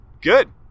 good